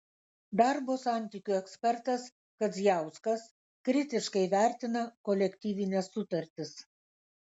darbo santykių ekspertas kadziauskas kritiškai vertina kolektyvines sutartis